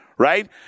right